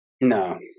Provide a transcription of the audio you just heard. No